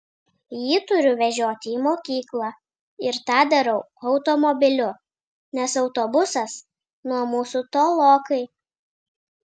jį turiu vežioti į mokyklą ir tą darau automobiliu nes autobusas nuo mūsų tolokai